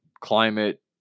climate